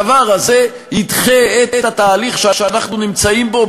הדבר הזה ידחה את התהליך שאנחנו נמצאים בו,